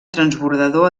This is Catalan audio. transbordador